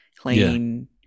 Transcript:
clean